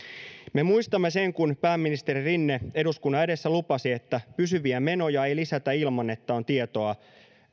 me muistamme sen kun pääministeri rinne eduskunnan edessä lupasi että pysyviä menoja ei lisätä ilman että on tietoa